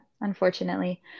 Unfortunately